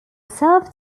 self